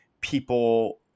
people